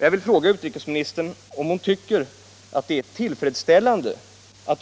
Jag vill fråga utrikesministern, om hon tycker att det är tillfredsställande att